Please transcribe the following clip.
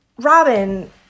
Robin